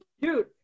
dude